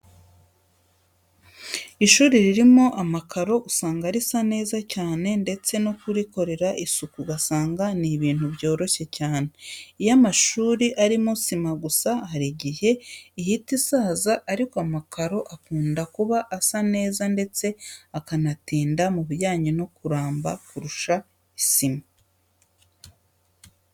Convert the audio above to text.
Ishuri ririmo amakaro usanga risa neza cyane ndetse no kurikorera isuku ugasanga ni ibintu byoroshye cyane. Iyo amashuri arimo sima gusa hari igihe ihita isaza ariko amakaro akunda kuba asa neza ndetse akanatinda mu bijyanye no kuramba kurusha sima.